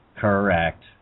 Correct